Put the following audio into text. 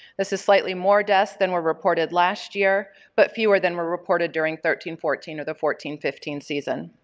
this is slightly more deaths than were reported last year but fewer than were reported during thirteen fourteen or the fourteen fifteen season.